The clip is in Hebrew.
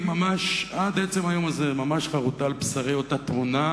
ועד עצם היום הזה ממש חרותה על בשרי אותה תמונה,